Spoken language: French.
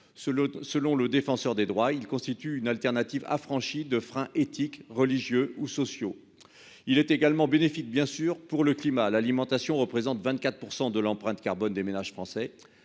selon le défenseur des droits, ils constituent une alternative. De frein éthique religieux ou sociaux. Il était également bénéfique bien sûr pour le climat, l'alimentation représente 24% de l'empreinte carbone des ménages français